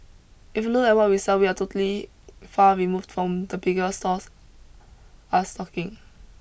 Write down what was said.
if you look at what we sell we are totally far removed from the bigger stores are stocking